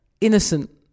innocent